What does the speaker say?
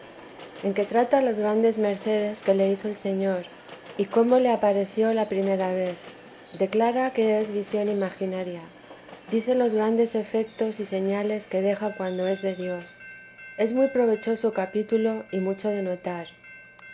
en que trata las grandes mercedes que le hizo el señor y cómo le apareció la primera vez declara qué es visión imaginaria dice los grandes efectos y señales que deja cuando es de dios es muy provechoso capítulo y mucho de notar